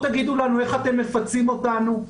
תגידו לנו איך אתם מפצים אותנו,